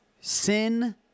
sin